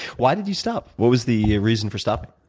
why did you stop? what was the reason for stopping?